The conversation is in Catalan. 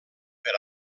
per